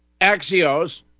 Axios